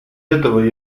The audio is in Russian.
этого